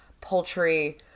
poultry